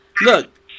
look